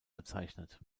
bezeichnet